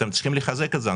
אתם צריכים לחזק את זה.